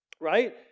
right